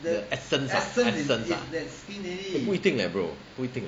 the essence ah essence eh 不一定 leh bro 不一定 leh